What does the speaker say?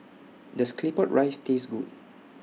Does Claypot Rice Taste Good